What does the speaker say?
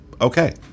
okay